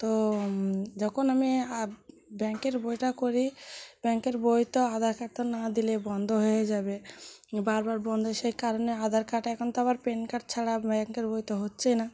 তো যখন আমি ব্যাংকের বইটা করি ব্যাংকের বই তো আধার কার্ড তো না দিলে বন্ধ হয়ে যাবে বারবার বন্ধ সেই কারণে আধার কার্ড এখন তো আবার প্যান কার্ড ছাড়া ব্যাংকের বই তো হচ্ছেই না